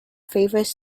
favorite